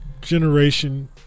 Generation